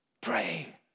Pray